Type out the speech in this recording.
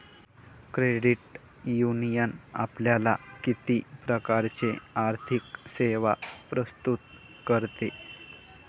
Credit union आपल्याला किती प्रकारच्या आर्थिक सेवा प्रस्तुत करते?